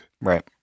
Right